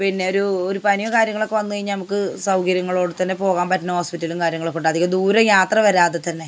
പിന്നെ ഒരൂ ഒരു പനിയോ കാര്യങ്ങളൊക്കെ വന്ന് കഴിഞ്ഞാൽ നമുക്ക് സൗകര്യങ്ങളോടെ തന്നെ പോകാന് പറ്റുന്ന ഹോസ്പിറ്റലും കാര്യങ്ങളൊക്കൊ ഉണ്ട് അധിക ദൂരം യാത്ര വരാതെ തന്നെ